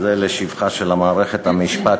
וזה לשבחה של מערכת המשפט,